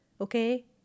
Okay